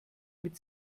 mit